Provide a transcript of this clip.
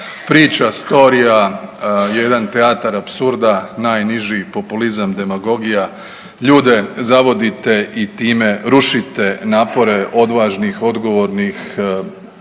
priča, storija jedan teatar apsurda najniži, populizam, demagogija, ljude zavodite i time rušite napore odvažnih, odgovornih